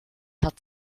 hat